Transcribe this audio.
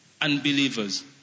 unbelievers